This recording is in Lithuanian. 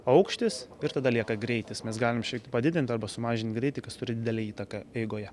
aukštis ir tada lieka greitis mes galim šiek tiek padidint arba sumažint greitį kas turi didelę įtaką eigoje